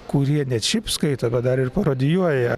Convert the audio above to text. kurie ne šiaip skaito bet dar ir parodijuoja